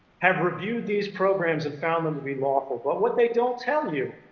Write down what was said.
have reviewed these programs and found them to be lawful, but what they don't tell you